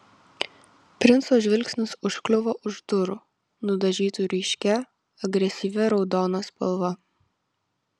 princo žvilgsnis užkliuvo už durų nudažytų ryškia agresyvia raudona spalva